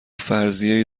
فرضیهای